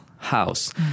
house